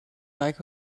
like